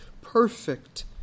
perfect